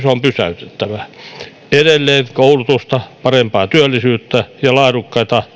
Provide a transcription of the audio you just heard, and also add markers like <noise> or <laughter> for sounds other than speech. <unintelligible> on pysäytettävä edelleen koulutusta parempaa työllisyyttä ja laadukkaita <unintelligible>